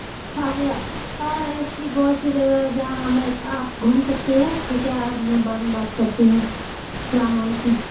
اور اور ایسی بہت سی جگہ ہے جہاں ہمیں آپ گھوم سکتی ہے ٹھیک ہے اور میں بعد میں بات کرتی ہوں سلام علیکم